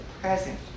present